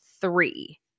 three